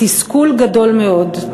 תסכול גדול מאוד,